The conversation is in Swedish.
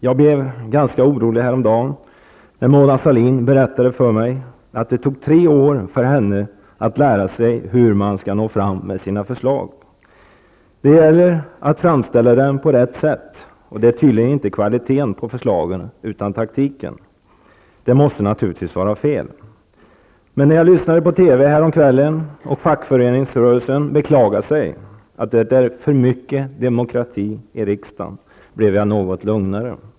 Jag blev ganska orolig häromdagen när Mona Sahlin berättade för mig att det tog tre år för henne att lära sig hur man skall nå fram med sina förslag. Det gäller att framställa dem på rätt sätt, och det är tydligen inte kvaliteten på förslagen som gäller utan taktiken -- det måste naturligtvis vara fel. Men när jag såg på TV häromkvällen där representanter för fackföreningsrörelsen beklagade sig över att det är för mycket demokrati i riksdagen, blev jag något lugnare.